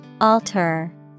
Alter